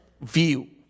view